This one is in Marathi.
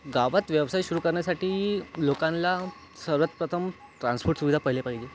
गावात व्यवसाय सुरु करण्यासाठी लोकान्ला सर्वात प्रथम ट्रान्सपोर्ट सुविधा पहिले पाहिजे